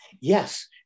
Yes